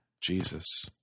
Jesus